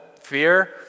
Fear